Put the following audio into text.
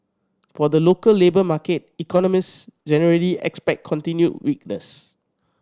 for the local labour market economist generally expect continued weakness